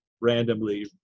randomly